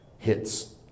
Hits